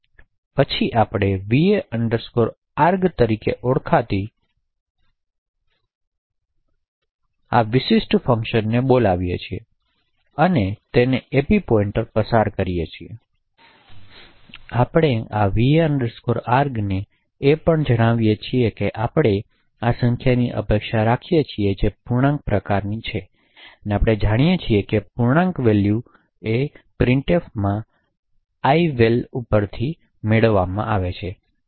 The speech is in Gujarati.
પછી આપણે va argતરીકે ઓળખાતા આ વિશિષ્ટ ફંક્શનને બોલાવીએ છીએ અને તેને ap પોઇંટર પસાર કરીએ છીએ આપણે આ va arg ને એ પણ જણાવીએ છીએ કે આપણે સંખ્યાની અપેક્ષા રાખીએ છીએ જે પૂર્ણાંકો પ્રકારની છે અને આપણે જાણીએ છીએ કે પૂર્ણાંક વેલ્યુ દ્વારાપસાર થાય છે પ્રિન્ટફમાં અને તેથી આપણે ival ઉપર શું મેળવીએ છીએ